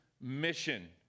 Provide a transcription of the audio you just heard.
mission